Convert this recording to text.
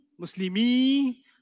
Muslimi